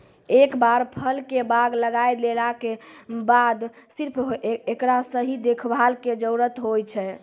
एक बार फल के बाग लगाय देला के बाद सिर्फ हेकरो सही देखभाल के जरूरत होय छै